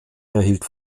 erhielt